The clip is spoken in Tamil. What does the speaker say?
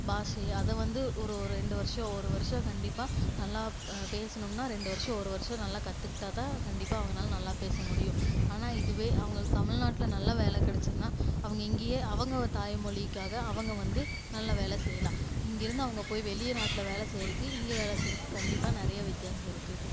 பாஷையை அதை வந்து ஒரு ஒரு ரெண்டு வர்ஷம் ஒரு வர்ஷம் கண்டிப்பாக நல்லா பேசுனோம்னால் ரெண்டு வர்ஷம் ஒரு வர்ஷம் நல்லா கத்துக்கிட்டால் தான் கண்டிப்பாக அவங்களால நல்லா பேசமுடியும் ஆனால் இதுவே அவங்க தமிழ் நாட்டில் நல்ல வேலை கிடச்சிதுன்னா அவங்க இங்கேயே அவங்க வந்து தாய் மொழிக்காக அவங்க வந்து நல்லா வேலை செய்லாம் இங்கேயிருந்து அவங்க போய் வெளி நாட்டில வேலை செய்கிறதுக்கு இங்கே செய்கிறக்கு கண்டிப்பாக நிறைய வித்தியாசம் இருக்குது